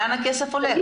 לאן הכסף הולך?